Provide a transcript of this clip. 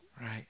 right